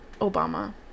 obama